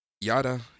yada